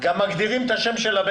וגם מגדירים את השם שלו?